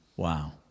Wow